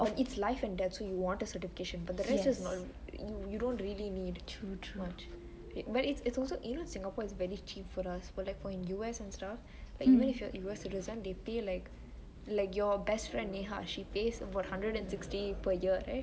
it's life and death so you want a certification but the rest you don't really need much you know in singapore it is very cheap for us but in U_S and stuff like even if you are U_S citizen like your best friend niha she pays about one hundred and sixty per year